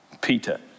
Peter